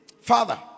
Father